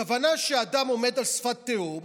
הכוונה היא שאדם עומד על שפת תהום